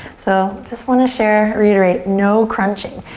so, just wanna share, reiterate, no crunching.